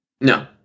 No